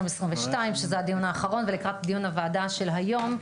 שזה הדיון האחרון ולקראת דיון הוועדה של היום,